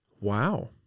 Wow